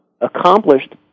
accomplished